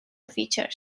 features